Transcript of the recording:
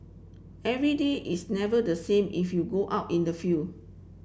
every day is never the same if you go out in the field